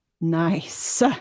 nice